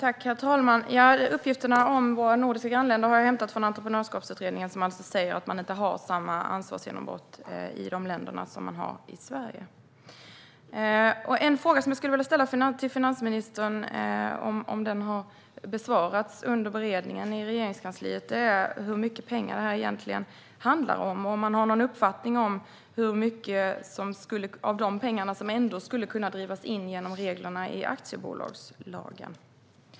Herr talman! Uppgifterna om våra nordiska grannländer har jag hämtat från Entreprenörskapsutredningen som alltså säger att man inte har samma ansvarsgenombrott i dessa länder som man har i Sverige. En fråga som jag skulle vilja ställa till finansministern, och om den har besvarats under beredningen i Regeringskansliet, är hur mycket pengar det här egentligen handlar om. Har man någon uppfattning om hur mycket av de pengarna som ändå skulle kunna drivas in genom reglerna i aktiebolagslagen?